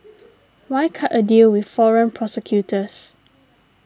why cut a deal with foreign prosecutors